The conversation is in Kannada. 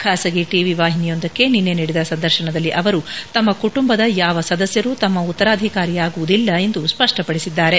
ಖಾಸಗಿ ಟಿವಿ ವಾಹಿನಿಯೊಂದಕ್ಕೆ ನಿನ್ನೆ ನೀಡಿದ ಸಂದರ್ಶನದಲ್ಲಿ ಅವರು ತಮ್ಮ ಕುಟುಂಬದ ಯಾವ ಸದಸ್ಯರೂ ತಮ್ಮ ಉತ್ತಾರಾಧಿಕಾರಿಯಾಗುವುದಿಲ್ಲ ಎಂದು ಸ್ಪಷ್ಟಪಡಿಸಿದರು